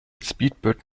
speedbird